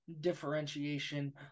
differentiation